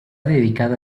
dedicado